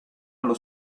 allo